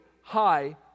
high